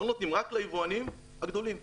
הם לא נותנים, רק ליבואנים הגדולים נותנים.